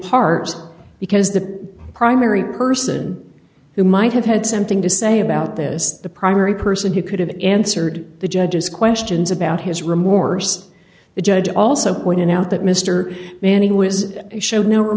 part because the primary person who might have had something to say about this the primary person who could have answered the judge's questions about his remorse the judge also pointed out that mr manning was shown no re